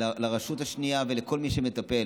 לרשות השנייה ולכל מי שמטפל: